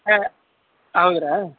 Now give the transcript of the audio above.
ಹಾಂ ಹೌದ್ರ್ಯಾ